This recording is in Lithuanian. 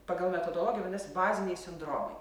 pagal metodologiją vadinasi baziniai sindromai